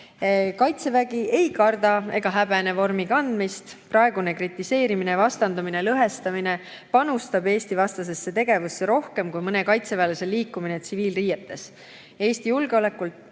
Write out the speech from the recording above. Kaitsevägi ei karda vormi kanda ega häbene seda. Praegune kritiseerimine, vastandumine, lõhestamine panustab Eesti-vastasesse tegevusse rohkem kui mõne kaitseväelase liikumine tsiviilriietes. Eesti julgeolek